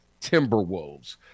Timberwolves